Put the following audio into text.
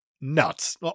nuts